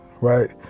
right